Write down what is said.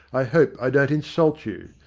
i hope i don't insult you.